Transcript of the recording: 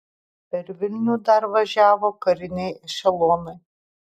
per vilnių dar važiavo kariniai ešelonai